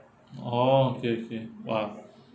oh okay okay !wah!